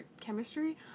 chemistry